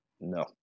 no